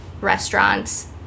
restaurants